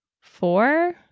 four